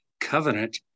covenant